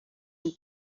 him